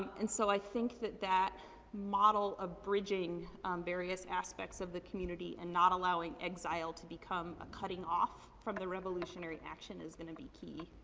and so, i think that that model of bridging various aspects of the community, and not allowing exile to become a cutting of from the revolutionary action is going to be key.